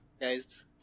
guys